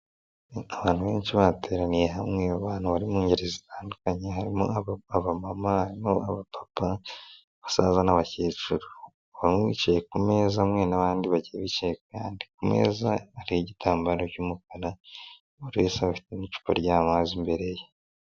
Abantu benshi bateraniye hamwe abantu bari mu ngeri zitandukanye harimo abamama, abapapa basaza n'abakecuru bamwe bicaye ku meza hamwe nabandi bagiye bicaye kayandi ,kumeze hari igitambaro cy'umukara buri wese bafite icupa ry'amazi imbere ye.